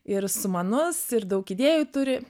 ir sumanus ir daug idėjų turi